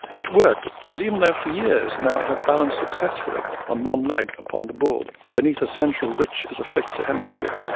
it worked, but even though for years now i have balanced successfully on one leg upon the board, beneath the centre of which is affixed a hemisphere,